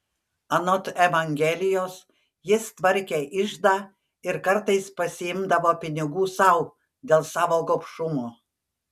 anot evangelijos jis tvarkė iždą ir kartais pasiimdavo pinigų sau dėl savo gobšumo